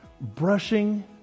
brushing